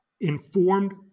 informed